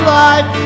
life